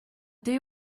they